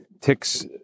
Ticks